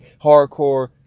hardcore